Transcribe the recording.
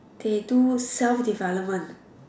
they do self development